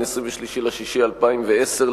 23 ביוני 2010,